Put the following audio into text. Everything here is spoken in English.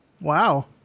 Wow